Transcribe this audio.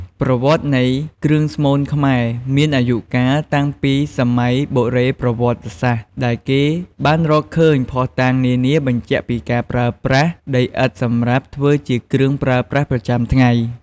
ប្រវត្តិនៃគ្រឿងស្មូនខ្មែរមានអាយុកាលតាំងពីសម័យបុរេប្រវត្តិសាស្រ្ត ដែលគេបានរកឃើញភស្តុតាងនានាបញ្ជាក់ពីការប្រើប្រាស់ដីឥដ្ឋសម្រាប់ធ្វើជាគ្រឿងប្រើប្រាស់ប្រចាំថ្ងៃ។